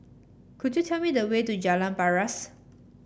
could you tell me the way to Jalan Paras